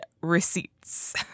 receipts